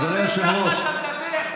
ואתה אומר שאתה דואג,